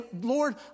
Lord